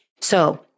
So-